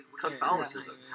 Catholicism